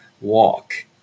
walk